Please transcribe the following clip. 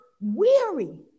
weary